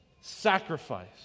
sacrifice